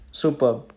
superb